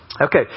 Okay